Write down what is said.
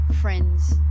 friends